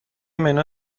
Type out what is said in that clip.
منو